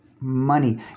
money